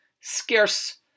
Scarce